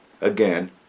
again